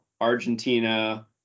Argentina